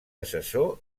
assessor